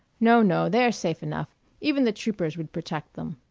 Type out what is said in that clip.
no, no, they are safe enough even the troopers would protect them.